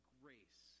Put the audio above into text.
grace